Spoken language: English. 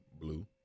Blue